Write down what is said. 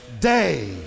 day